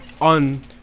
on